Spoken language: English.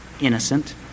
innocent